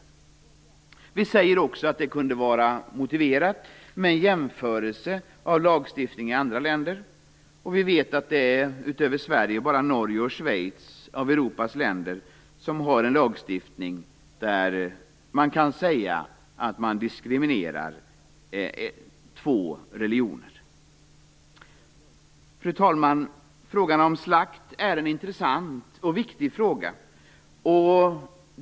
Vi säger också att det kunde vara motiverat med en jämförelse med lagstiftning i andra länder. Vi vet att det utöver Sverige bara är Norge och Schweiz av Europas länder som har en lagstiftning som kan sägas diskriminera två religioner. Fru talman! Frågan om slakt är en intressant och viktig fråga.